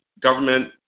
government